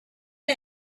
the